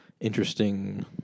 interesting